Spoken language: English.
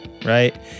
Right